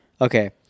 Okay